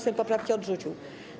Sejm poprawki odrzucił.